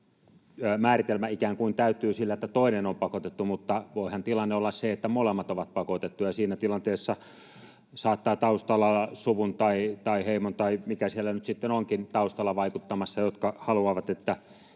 määritelmä ikään kuin täyttyy sillä, että toinen on pakotettu, niin voihan tilanne olla se, että molemmat ovat pakotettuja. Siinä tilanteessa saattaa taustalla olla suku tai heimo, tai mikä siellä nyt sitten onkin taustalla vaikuttamassa, joka haluaa, että